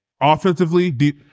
Offensively